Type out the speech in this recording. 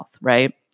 right